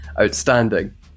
outstanding